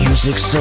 Music